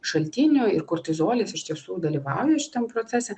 šaltinių ir kortizolis iš tiesų dalyvauja šitam procese